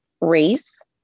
race